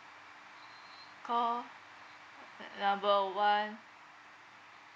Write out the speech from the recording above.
call number one